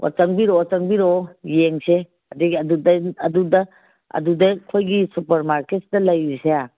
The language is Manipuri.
ꯑꯣ ꯆꯪꯕꯤꯔꯛꯑꯣ ꯆꯪꯕꯤꯔꯛꯑꯣ ꯌꯦꯡꯁꯦ ꯑꯗꯒꯤ ꯑꯗꯨꯗ ꯑꯗꯨꯗ ꯑꯗꯨꯗ ꯑꯩꯈꯣꯏꯒꯤ ꯁꯨꯄꯔ ꯃꯥꯔꯀꯦꯠꯁꯤꯗ ꯂꯩꯔꯤꯁꯦ